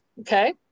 okay